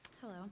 Hello